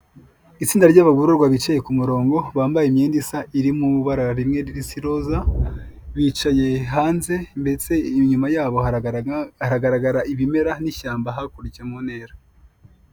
Itsinda ry'abagororwa bicaye ku murongo bambaye imyenda isa iri mu ibara rimwe risa iroza bicaye hanze ndetse inyuma yabo hagaragara ibimera n'ishyamba hakurya mu ntera.